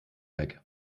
weg